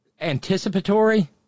anticipatory